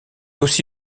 aussi